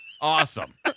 Awesome